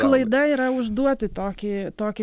klaida yra užduoti tokį tokį